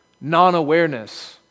non-awareness